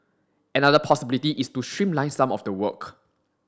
another possibility is to streamline some of the work